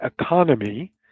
Economy